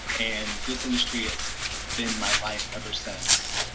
and this industry has been my life ever since.